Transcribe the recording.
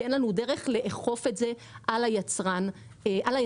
בגלל שאין לנו דרך לאכוף את זה על היצרן בחו"ל.